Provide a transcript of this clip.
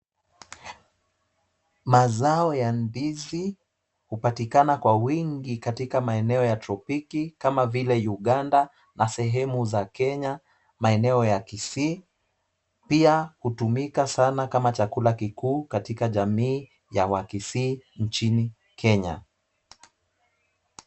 Mazao ya ndizi hupatikana kwa wingi katika maeneo ya tropiki kama vile Uganda na sehemu za Kenya, maeneo ya Kisii. Pia hutumika sana kama chakula kikuu katika jamii ya wakisii nchini Kenya.